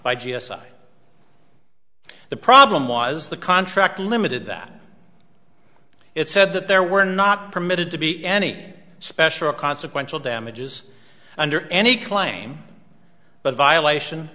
by g s a the problem was the contract limited that it said that there were not permitted to be any special consequential damages under any claim but violation